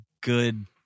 good